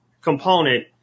component